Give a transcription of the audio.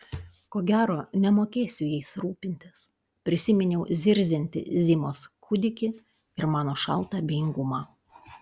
ko gero nemokėsiu jais rūpintis prisiminiau zirziantį zimos kūdikį ir mano šaltą abejingumą